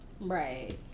right